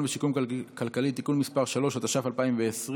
ושיקום כלכלי (תיקון מס' 3) (הוראת שעה לעניין מינוי נאמן),